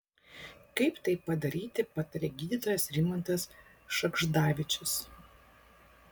kaip tai padaryti pataria gydytojas rimantas šagždavičius